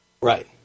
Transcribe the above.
Right